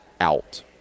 out